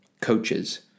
coaches